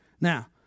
Now